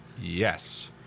Yes